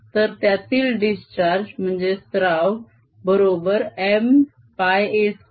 तर त्यातील डिस्चार्ज स्त्राव बरोबर Mπa2 Mπa2